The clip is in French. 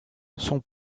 son